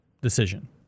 decision